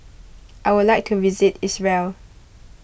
I would like to visit Israel